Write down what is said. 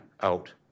out